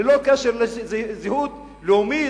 ללא קשר לזהות לאומית,